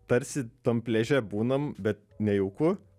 tarsi tam pliaže būnam bet nejauku